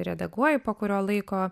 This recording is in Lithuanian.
redaguoji po kurio laiko